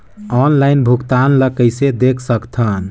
Online भुगतान ल कइसे देख सकथन?